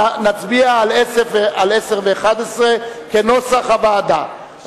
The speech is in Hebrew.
נצביע על 10 ו-11 כנוסח הוועדה.